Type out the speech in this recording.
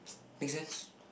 make sense